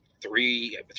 three